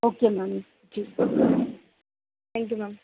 okay ma'am ji thank you ma'am